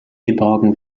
geborgen